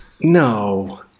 no